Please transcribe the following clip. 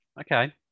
okay